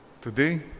Today